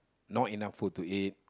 no enough food to eat